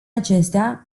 acestea